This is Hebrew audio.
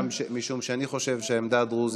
משום שאני חושב שהעדה הדרוזית,